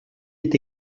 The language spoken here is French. est